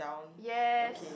yes